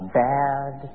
bad